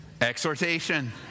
Exhortation